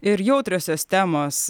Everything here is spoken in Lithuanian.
ir jautriosios temos